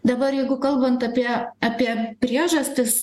dabar jeigu kalbant apie apie priežastis